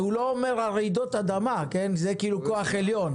הוא לא מדבר על רעידות אדמה, זה כאילו כוח עליון.